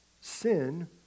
sin